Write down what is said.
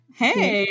hey